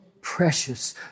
precious